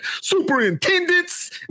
Superintendents